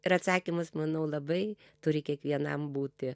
ir atsakymas manau labai turi kiekvienam būti